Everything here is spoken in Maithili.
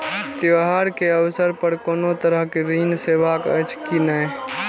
त्योहार के अवसर पर कोनो तरहक ऋण सेवा अछि कि नहिं?